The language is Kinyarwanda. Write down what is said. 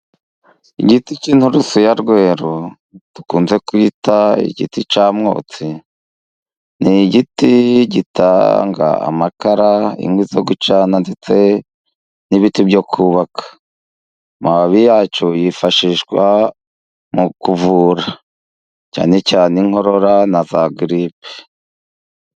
Igiti cy'inturusu ya rweru dukunze kwita igiti cya mwotsi ni igiti gitanga amakara, inkwi zo gucana ndetse n'ibiti byo kubaka. Amababi yacyo yifashishwa mu kuvura cyane cyane inkorora na za gilipe.